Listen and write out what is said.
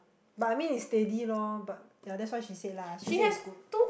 but I mean is steady lor but ya that's what she said lah so she say it's good